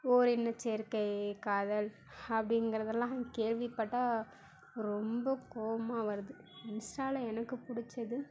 ஓரினச்சேர்க்கை காதல் அப்படிங்கறதெல்லாம் கேள்விப்பட்டால் ரொம்ப கோவமாக வருது இன்ஸ்ட்டாவில் எனக்கு பிடிச்சது